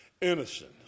innocent